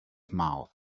mouth